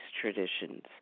traditions